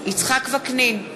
יצחק וקנין,